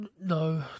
no